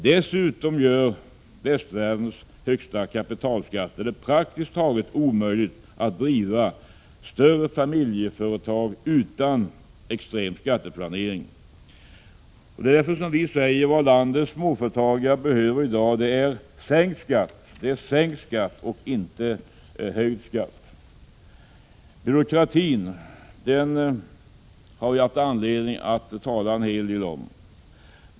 Dessutom gör västvärldens högsta kapitalskatter det praktiskt taget omöjligt att driva större familjeföretag utan extrem skatteplanering. Det är därför som vi säger att vad landets småföretagare i dag behöver är sänkt skatt och inte höjd skatt. Byråkratin har vi haft anledning att tala en hel del om.